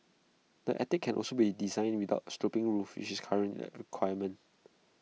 the attic can also be designed without A sloping roof which is currently A requirement